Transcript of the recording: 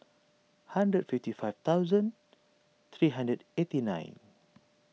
hundred fifty five thousand three hundred eighty nine